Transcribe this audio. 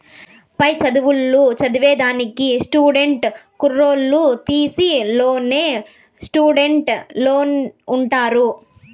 పై చదువులు చదివేదానికి స్టూడెంట్ కుర్రోల్లు తీసీ లోన్నే స్టూడెంట్ లోన్ అంటారు